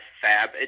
FAB